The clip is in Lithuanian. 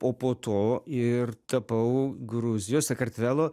o po to ir tapau gruzijos sakartvelo